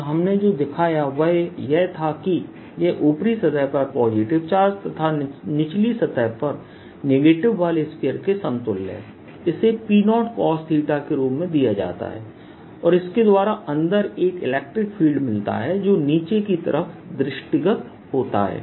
और हमने जो दिखाया वह यह था कि यह ऊपरी सतह पर पॉजिटिव चार्ज तथा निचली सतह पर नेगेटिव वाले स्फीयर के समतुल्य है इसे P0 cos के रूप में दिया जाता है और इसके द्वारा अंदर एक इलेक्ट्रिक फील्ड मिलता है जो नीचे की तरफ दृष्टिगत होता है